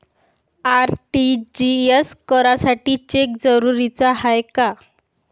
RTGS करासाठी cheque जरुरीचा हाय काय?